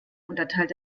unterteilt